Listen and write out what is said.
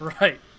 Right